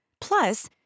Plus